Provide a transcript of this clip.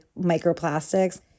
microplastics